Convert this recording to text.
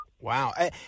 Wow